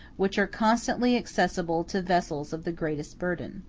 which are constantly accessible to vessels of the greatest burden.